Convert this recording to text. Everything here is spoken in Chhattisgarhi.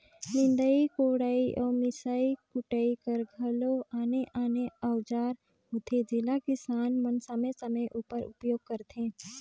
निदई कोड़ई अउ मिसई कुटई कर घलो आने आने अउजार होथे जेला किसान मन समे समे उपर उपियोग करथे